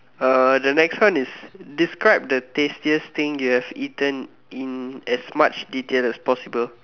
uh the next one is describe the tastiest thing you have eaten in as much detail as possible